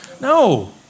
No